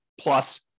plus